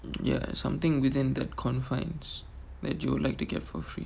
ya something within that confines that you would like to get for free